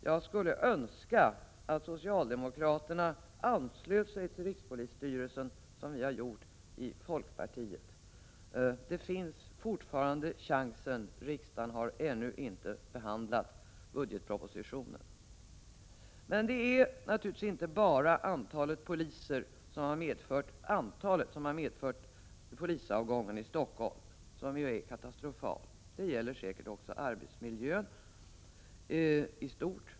Jag skulle önska att socialdemokraterna anslöt sig till rikspolisstyrelsen, som vii folkpartiet har gjort. Det finns fortfarande chansen. Riksdagen har ännu inte behandlat budgetpropositionen. Men det är naturligtvis inte bara antalet som har medfört polisavgången i Stockholm, som ju är katastrofal. Det gäller säkert också arbetsmiljön i stort.